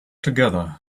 together